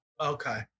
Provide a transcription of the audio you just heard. Okay